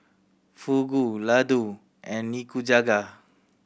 Fugu Ladoo and Nikujaga